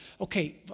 Okay